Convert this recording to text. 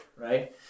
right